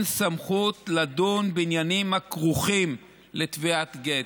סמכות לדון בעניינים הכרוכים בתביעת גט.